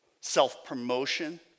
self-promotion